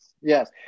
Yes